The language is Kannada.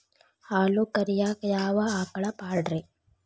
ಹಾಲು ಕರಿಯಾಕ ಯಾವ ಆಕಳ ಪಾಡ್ರೇ?